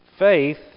Faith